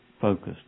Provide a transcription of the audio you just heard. focused